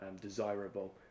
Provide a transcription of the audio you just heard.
desirable